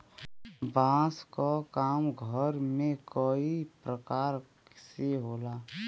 बांस क काम घरे में कई परकार से होला